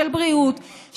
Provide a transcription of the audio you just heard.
של בריאות,